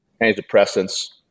antidepressants